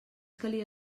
calia